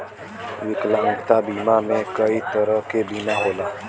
विकलांगता बीमा में कई तरे क बीमा होला